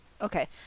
Okay